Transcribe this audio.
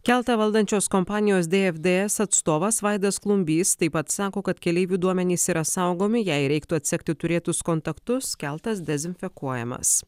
keltą valdančios kompanijos dfds atstovas vaidas klumbys taip pat sako kad keleivių duomenys yra saugomi jei reiktų atsekti turėtus kontaktus keltas dezinfekuojamas